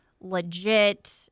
legit